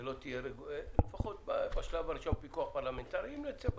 שלא יהיה פיקוח פרלמנטרי, לפחות בשלב הראשון.